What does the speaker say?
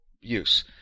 use